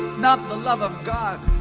not the love of god.